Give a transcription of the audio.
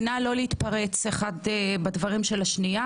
נא לא להתפרץ אחד לדברי השני.